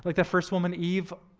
like that first woman, eve?